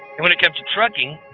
and when it comes to trucking,